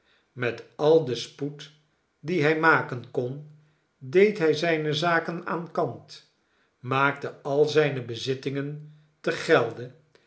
met al den spoed dien hij maken kon deed hij zijne zaken aan kant maakte al zijne bezittingen te gelde